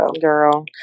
girl